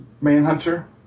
Manhunter